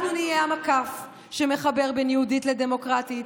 אנחנו נהיה המקף שמחבר בין "יהודית" ל"דמוקרטית",